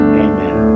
amen